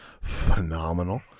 phenomenal